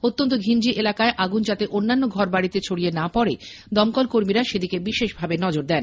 অত্যন্ত ঘিঞ্জি এলাকায় আগুন যাতে অন্যান্য ঘর বাড়িতে ছিড়িয়ে না পড়ে দমকলকর্মীরা সেদিকে বিশেষভাবে নজর দেন